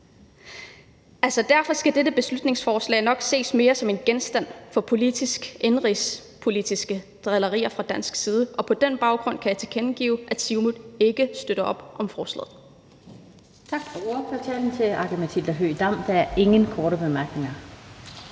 derfor skal dette beslutningsforslag nok ses mere som indenrigspolitiske drillerier fra dansk side, og på den baggrund kan jeg tilkendegive, at Siumut ikke støtter op om forslaget.